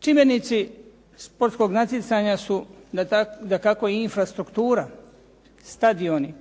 Čimbenici sportskog natjecanja dakako i infrastruktura, stadioni,